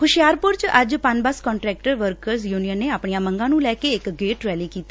ਹੁਸ਼ਿਆਰਪੁਰ ਚ ਅੱਜ Punbus contractor workers union ਨੇ ਆਪਣੀਆਂ ਮੰਗਾਂ ਨੂੰ ਲੈ ਕੇ ਇਕ ਗੇਟ ਰੈਲੀ ਕੀਤੀ